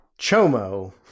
Chomo